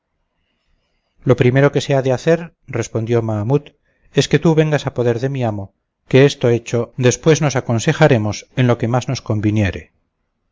lo primero que se ha de hacer respondió mahamut es que tú vengas a poder de mi amo que esto hecho después nos aconsejaremos en lo que más nos conviniere